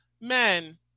men